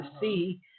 see